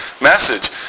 message